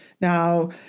Now